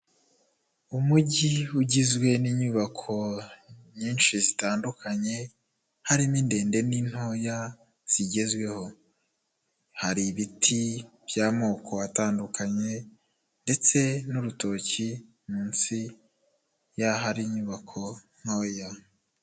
Umujyi ugizwe n'inyubako nyinshi zitandukanye, harimo indende n'intoya zigezweho. Hari ibiti by'amoko atandukanye ndetse n'urutoki munsi y'ahari inyubako ntoya.